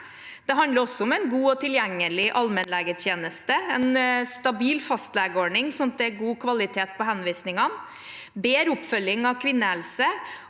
Det handler også om en god og tilgjengelig all mennlegetjeneste, en stabil fastlegeordning sånn at det er god kvalitet på henvisningene, og bedre oppfølging av kvinnehelse.